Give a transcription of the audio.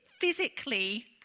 physically